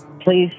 Please